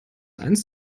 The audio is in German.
eins